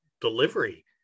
delivery